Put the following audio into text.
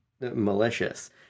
malicious